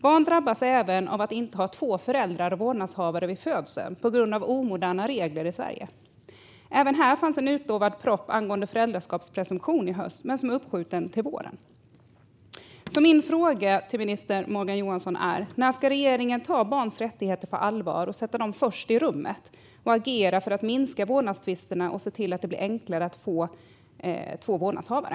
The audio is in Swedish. Barn drabbas vidare av att inte ha två föräldrar och vårdnadshavare vid födseln på grund av omoderna regler i Sverige. Även när det gäller föräldraskapspresumtion fanns en proposition som utlovats till hösten, men den är uppskjuten till våren. Min fråga till minister Morgan Johansson är: När ska regeringen ta barns rättigheter på allvar genom att sätta dem först i rummet, agera för att minska vårdnadstvisterna och se till att det blir enklare att få två vårdnadshavare?